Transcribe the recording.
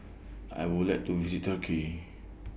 I Would like to visit Turkey